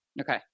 okay